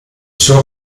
suo